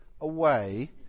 away